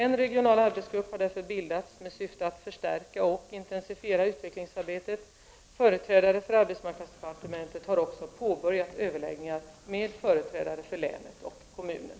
En regional arbetsgrupp har därför bildats med syfte att förstärka och intensifiera utvecklingsarbetet. Företrädare för arbetsmarknadsdepartementet har också påbörjat överläggningar med företrädare för länet och kommunen.